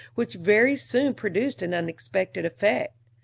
which very soon produced an unexpected effect.